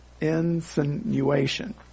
insinuation